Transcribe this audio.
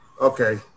Okay